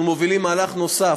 אנחנו מובילים מהלך נוסף,